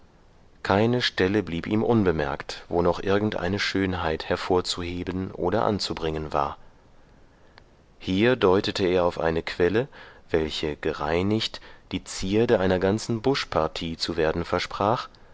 keine stelle blieb ihm unbemerkt wo noch irgendeine schönheit hervorzuheben oder anzubringen war hier deutete er auf eine quelle welche gereinigt die zierde einer ganzen buschpartie zu werden versprach